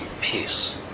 peace